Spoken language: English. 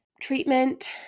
treatment